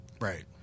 Right